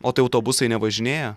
o tai autobusai nevažinėja